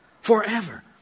Forever